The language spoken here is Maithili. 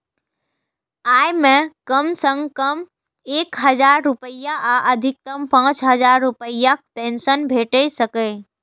अय मे कम सं कम एक हजार रुपैया आ अधिकतम पांच हजार रुपैयाक पेंशन भेटि सकैए